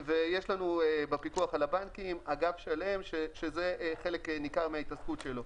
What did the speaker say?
ויש לנו בפיקוח על הבנקים אגף שלהם שזה חלק ניכר מההתעסקות שלו,